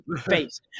face